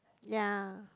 ya